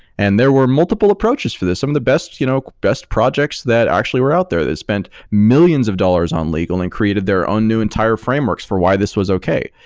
and there were multiple approaches for this. some of the best you know best projects that actually were out there has spent millions of dollars on legal and then created their own new entire frameworks for why this was okay.